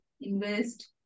invest